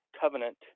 covenant